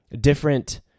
different